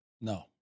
No